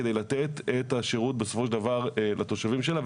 כדי לתת את השירות בסופו של דבר לתושבים שלה.